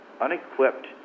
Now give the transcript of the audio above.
unequipped